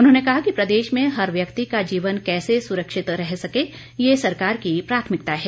उन्होंने कहा कि प्रदेश में हर व्यक्ति का जीवन कैसे सुरक्षित रह सके ये सरकार की प्राथमिकता है